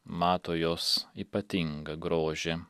mato jos ypatingą grožį